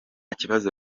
kibazo